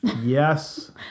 yes